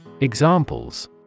Examples